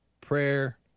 prayer